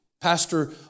Pastor